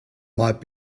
might